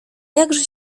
jakże